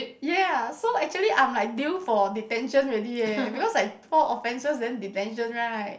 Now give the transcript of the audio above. ya so actually I'm like deal for detention already leh because like four offences then detention right